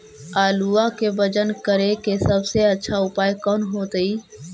आलुआ के वजन करेके सबसे अच्छा उपाय कौन होतई?